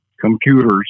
computers